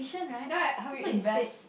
no I help you invest